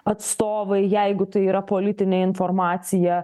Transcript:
atstovai jeigu tai yra politinė informacija